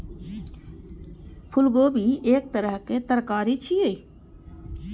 फूलगोभी एक तरहक तरकारी छियै